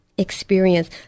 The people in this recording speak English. experience